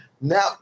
now